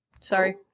Sorry